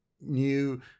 new